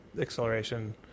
acceleration